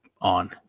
on